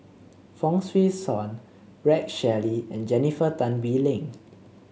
Fong Swee Suan Rex Shelley and Jennifer Tan Bee Leng